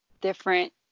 different